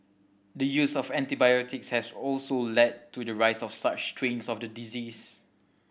the use of antibiotics has also led to the rise of such strains of the disease